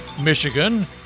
Michigan